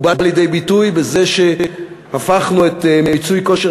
הוא בא לידי ביטוי בזה שהפכנו את מיצוי כושר